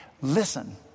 Listen